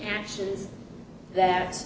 actions that